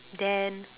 then